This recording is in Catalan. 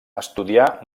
estudià